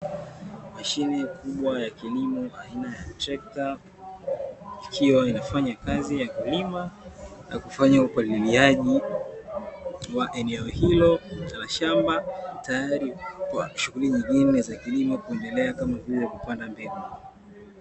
Mashine kubwa ya kilimo aina ya trekta inafanya kazi ya kulima, na kufanya upaliliaji juu ya eneo hilo la shamba tayari kwa ajili ya shughuli zingine kuendelea kama vile kupanda mbegu.